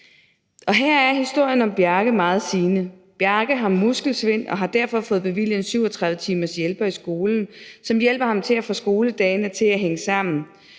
Her er historien om Bjarke meget sigende. Bjarke har muskelsvind og har derfor fået bevilget en 37-timers hjælper i skolen, som hjælper ham til at få skoledagene til at hænge sammen.